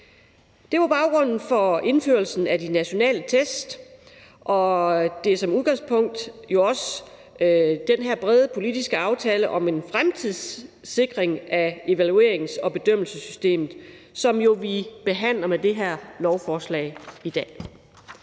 Det var baggrunden for indførelsen af de nationale test, og det er også udgangspunkt for den her brede politiske aftale om en fremtidssikring af evaluerings- og bedømmelsessystemet, som vi jo behandler med det her lovforslag i dag.